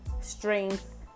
strength